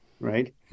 right